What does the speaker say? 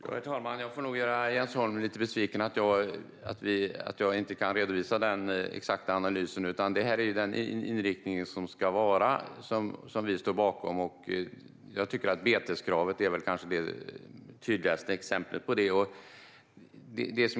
Herr talman! Jag får nog göra Jens Holm lite besviken - jag kan inte redovisa den exakta analysen. Detta är den inriktning som vi står bakom. Jag tycker att beteskravet är det kanske tydligaste exemplet på detta.